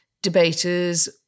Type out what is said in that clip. debaters